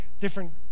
different